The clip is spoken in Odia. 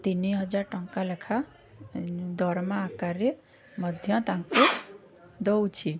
ତିନି ହଜାର ଟଙ୍କା ଲେଖା ଦରମା ଆକାରରେ ମଧ୍ୟ ତାଙ୍କୁ ଦେଉଛି